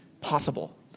possible